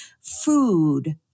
food